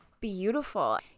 beautiful